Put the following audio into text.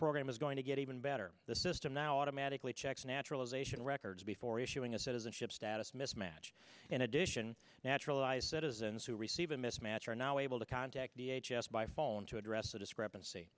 program is going to get even better the system now automatically checks naturalization records before issuing a citizenship status mismatch in addition naturalized citizens who receive a mismatch are now able to contact the h s by phone to address the discrepancy